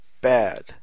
bad